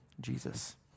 Jesus